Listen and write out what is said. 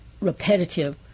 repetitive